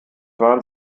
waren